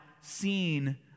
seen